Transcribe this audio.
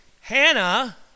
Hannah